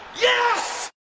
Yes